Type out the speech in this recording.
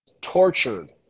tortured